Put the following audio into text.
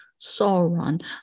Sauron